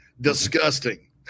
Disgusting